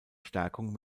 stärkung